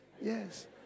Yes